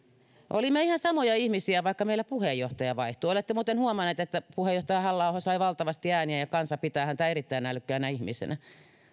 olimme ihan samoja ihmisiä vaikka meillä puheenjohtaja vaihtui olette muuten huomanneet että puheenjohtaja halla aho sai valtavasti ääniä ja kansa pitää häntä erittäin älykkäänä ihmisenä